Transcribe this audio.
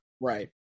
Right